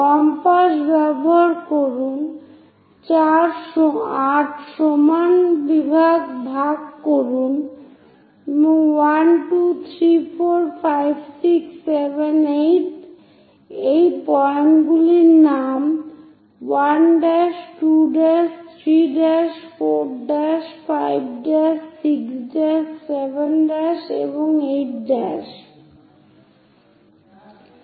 compass ব্যবহার করুন 8 সমান বিভাগ ভাগ করুন 1 2 3 4 5 6th 7th এবং 8th এই পয়েন্টগুলির নাম 1' 2' 3' 4 ' 5' 6' 7 ' 8'